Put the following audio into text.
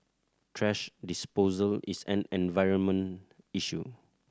thrash disposal is an environment issue